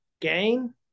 gain